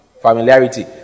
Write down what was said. Familiarity